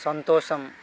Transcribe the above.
సంతోషం